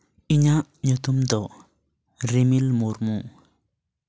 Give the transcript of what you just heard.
ᱤᱧᱟ ᱜ ᱧᱩᱛᱩᱢ ᱫᱚ ᱨᱤᱢᱤᱞ ᱢᱩᱨᱢᱩ